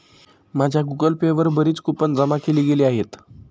माझ्या Google Pay वर बरीच कूपन जमा केली गेली आहेत